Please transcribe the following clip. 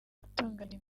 gutunganya